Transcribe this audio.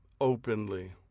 openly